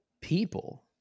people